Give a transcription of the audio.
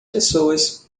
pessoas